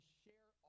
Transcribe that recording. share